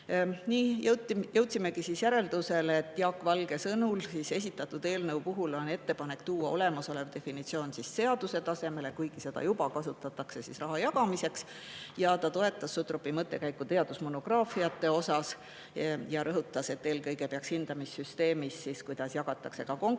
Edasi jõudsimegi sinnani, et Jaak Valge sõnas, et esitatud eelnõu puhul on ettepanek tuua olemasolev definitsioon seaduse tasemele, kuigi seda juba kasutatakse raha jagamiseks. Ta toetas Sutropi mõttekäiku teadusmonograafiate kohta ja rõhutas, et eelkõige peaks hindamissüsteemis, kuidas jagatakse ka konkurentsipõhist